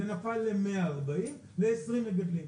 זה נפל ל-140 מיליון שקל ול-20 מגדלים.